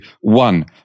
one